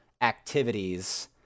activities